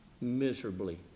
miserably